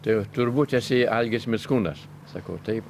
tai jau turbūt esi algis mickūnas sakau taip